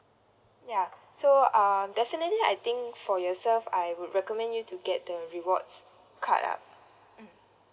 ya so um definitely I think for yourself I would recommend you to get the rewards card ah mm